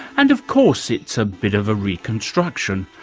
and of course it's a bit of a reconstruction,